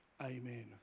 amen